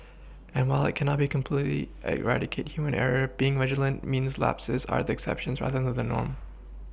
and while it cannot be completely eradicate human error being vigilant means lapses are the exceptions rather the than norm